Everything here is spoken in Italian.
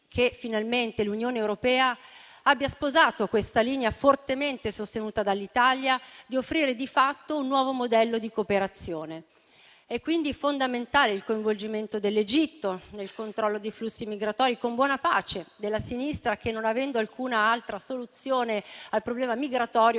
che finalmente l'Unione europea abbia sposato questa linea, fortemente sostenuta dall'Italia, di offrire di fatto un nuovo modello di cooperazione. È quindi fondamentale il coinvolgimento dell'Egitto nel controllo dei flussi migratori, con buona pace della sinistra, che non ha alcuna altra soluzione al problema migratorio